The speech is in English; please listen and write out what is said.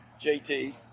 JT